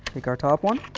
take our top one,